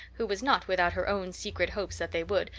who was not without her own secret hopes that they would,